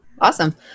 Awesome